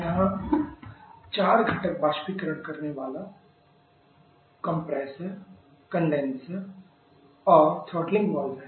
यहां चार घटक बाष्पीकरण करनेवाला कंप्रेसर कंडेनसर और थ्रॉटलिंग वाल्व हैं